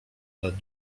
nad